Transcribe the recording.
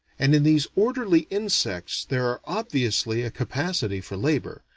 and in these orderly insects there are obviously a capacity for labor,